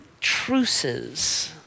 truces